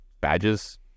Badges